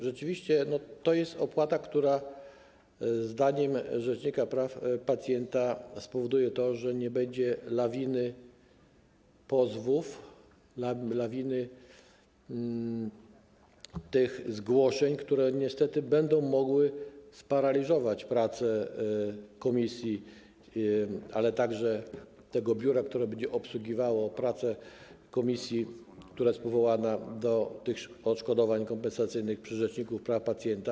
Rzeczywiście, to jest opłata, która zdaniem rzecznika praw pacjenta spowoduje, że nie będzie lawiny pozwów, lawiny zgłoszeń, które niestety będą mogły sparaliżować prace komisji, ale także biura, które będzie obsługiwało prace komisji, która jest powołana do odszkodowań kompensacyjnych przy rzeczniku praw pacjenta.